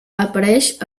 apareix